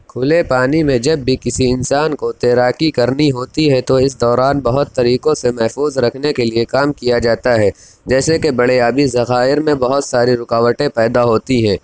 کُھلے پانی میں جب بھی کسی انسان کو تیراکی کرنی ہوتی ہے تو اِس دوران بہت طریقوں سے محفوظ رکھنے کے لیے کام کیا جاتا ہے جیسے کہ بڑے آبی ذخائر میں بہت ساری رکاوٹیں پیدا ہوتی ہیں